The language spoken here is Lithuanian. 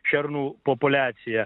šernų populiaciją